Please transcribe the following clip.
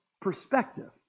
perspective